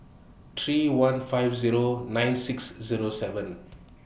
three one five Zero nine six Zero seven